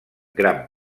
gran